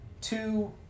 two